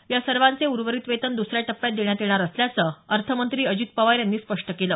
या सर्वांचे उर्वरीत वेतन द्सऱ्या टप्प्यात देण्यात येणार असल्याचं अर्थमंत्री अजित पवार यांनी स्पष्ट केलं